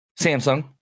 Samsung